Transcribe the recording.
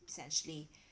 essentially